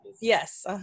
Yes